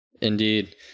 Indeed